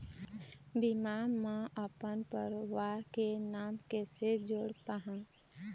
बीमा म अपन परवार के नाम कैसे जोड़ पाहां?